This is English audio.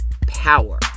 Power